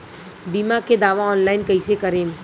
बीमा के दावा ऑनलाइन कैसे करेम?